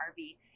RV